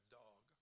dog